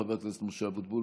חבר הכנסת משה אבוטבול,